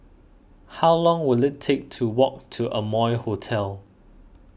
how long will it take to walk to Amoy Hotel